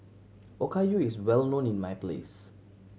okayu is well known in my place